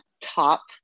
top